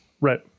Right